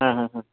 ಹಾಂ ಹಾಂ ಹಾಂ